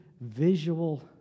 visual